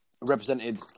represented